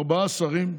ארבעה שרים,